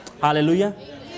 Hallelujah